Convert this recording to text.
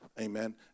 Amen